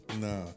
Nah